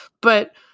but-